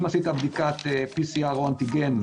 אם עשית בדיקת PCR או אנטיגן,